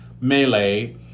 melee